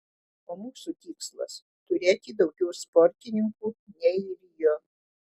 o mūsų tikslas turėti daugiau sportininkų nei rio